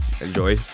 Enjoy